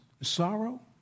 sorrow